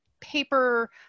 paper